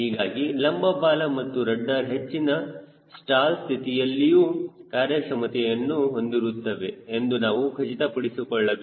ಹೀಗಾಗಿ ಲಂಬ ಬಾಲ ಹಾಗೂ ರಡ್ಡರ್ ಹೆಚ್ಚಿನ ಸ್ಟಾಲ್ ಸ್ಥಿತಿಯಲ್ಲಿಯೂ ಕಾರ್ಯಕ್ಷಮತೆಯನ್ನು ಹೊಂದಿರುತ್ತವೆ ಎಂದು ನಾವು ಖಚಿತಪಡಿಸಿಕೊಳ್ಳಬೇಕು